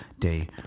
Day